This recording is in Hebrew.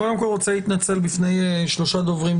קודם כול אני רוצה להתנצל בפני שלושה דוברים: